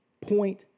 point